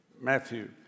Matthew